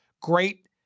Great